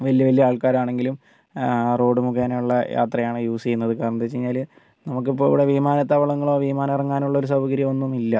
വലിയ വലിയ ആൾക്കാരാണെങ്കിലും റോഡ് മുഖേനെയുള്ള യാത്രയാണ് യൂസ് ചെയ്യുന്നത് കാരണം എന്താന്ന് വെച്ചു കഴിഞ്ഞാൽ നമുക്ക് ഇപ്പോൾ ഇവിടെ വിമാനത്താവളങ്ങളോ വിമാനം ഇറങ്ങാനുള്ള ഒരു സൗകര്യമോ ഒന്നുമില്ല